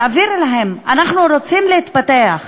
תעבירי להם: אנחנו רוצים להתפתח,